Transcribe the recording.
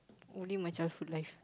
only my childhood life